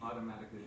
Automatically